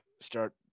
start